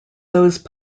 those